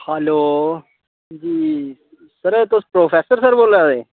hello ji sir तुस professor sir बोल्लै दे